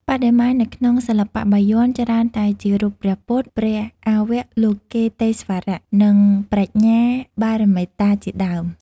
បដិមានៅក្នុងសិល្បៈបាយ័នច្រើនតែជារូបព្រះពុទ្ធ ព្រះអវលោកិតេស្វរ និងប្រាជ្ញាបារមិតាជាដើម ។